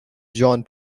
john